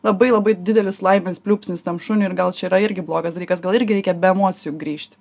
labai labai didelis laimės pliūpsnis tam šuniui ir gal čia yra irgi blogas dalykas gal irgi reikia be emocijų grįžti